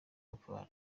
bapfana